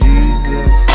Jesus